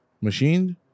machined